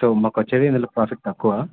so మాకు వచ్చేది ఇందులో ప్రాఫిట్ తక్కువ